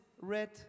red